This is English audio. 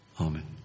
Amen